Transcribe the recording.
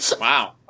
wow